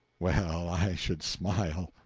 well, i should smile.